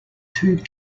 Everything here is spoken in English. too